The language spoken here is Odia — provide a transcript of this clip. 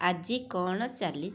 ଆଜି କ'ଣ ଚାଲିଛି